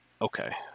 Okay